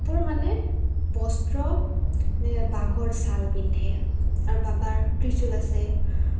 কাপোৰ মানে বস্ত্ৰ এনেকৈ বাঘৰ ছাল পিন্ধে আৰু বাবাৰ ত্ৰিশূল আছে